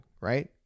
right